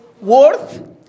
worth